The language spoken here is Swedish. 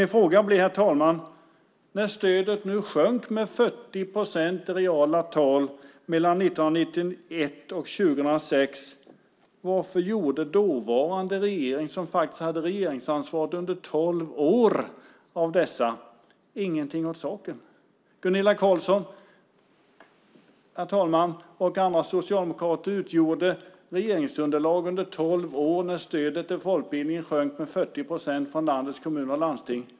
Min fråga blir: När stödet sjönk med 40 procent i reala tal år 1991-2006, varför gjorde dåvarande regering som hade regeringsansvaret under tolv av dessa år ingenting åt saken? Gunilla Carlsson i Hisings Backa och andra socialdemokrater utgjorde regeringsunderlag under tolv år när stödet till folkbildningen sjönk med 40 procent från landets kommuner och landsting.